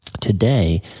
today